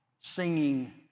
singing